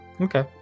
Okay